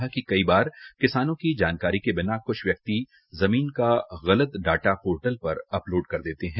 उन्होंने कहा कि कई बार किसानों की जानकारी के बिना कुछ व्यक्ति जमीन का गलत डाटा पोर्टल पर उपलोड कर देते है